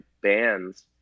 bands